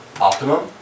optimum